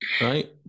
right